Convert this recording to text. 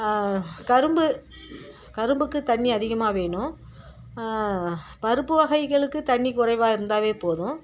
கரும்பு கரும்புக்கு தண்ணி அதிகமாக வேணும் பருப்பு வகைகளுக்கு தண்ணி குறைவாக இருந்தாலே போதும்